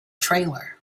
trailer